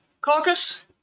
Caucus